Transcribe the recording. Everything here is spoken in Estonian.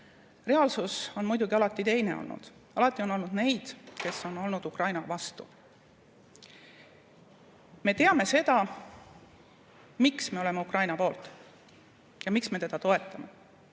Reaalsus on muidugi alati teine olnud, alati on olnud neid, kes on olnud Ukraina vastu. Me teame, miks me oleme Ukraina poolt ja miks me teda toetame: